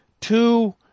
two